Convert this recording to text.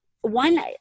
One